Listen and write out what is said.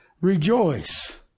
Rejoice